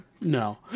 no